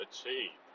Achieve